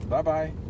Bye-bye